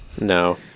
No